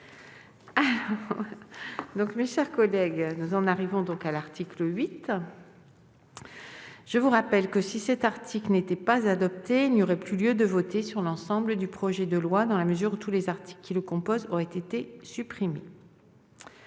7. Je vais mettre aux voix l'article 8. Je rappelle que, si cet article n'était pas adopté, il n'y aurait plus lieu de voter sur l'ensemble du projet de loi, dans la mesure où tous les articles qui le composent auraient été rejetés.